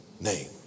name